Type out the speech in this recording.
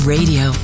Radio